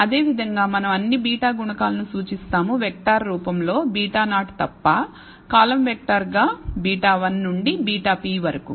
అదేవిధంగా మనం అన్ని β గుణకాలను సూచిస్తాము వెక్టార్ రూపంలో β0 తప్ప కాలమ్ వెక్టర్గా β1 నుండి βp వరకు